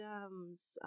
items